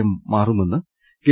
M മാറുമെന്ന് K